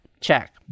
Check